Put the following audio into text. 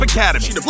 Academy